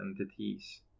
entities